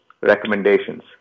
recommendations